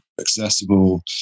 accessible